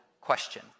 question